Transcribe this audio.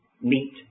meet